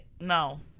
no